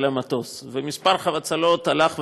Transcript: ומספר החבצלות הלך וגדל.